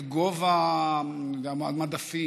את גובה המדפים.